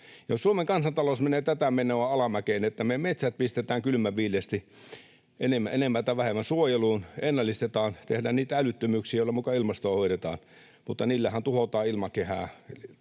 Suomen kansantalous menee tätä menoa alamäkeen, kun me pistetään metsät kylmän viileästi enemmän tai vähemmän suojeluun ja ennallistetaan, tehdään niitä älyttömyyksiä, joilla muka ilmastoa hoidetaan. Mutta niillähän tuhotaan ilmakehää,